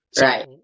Right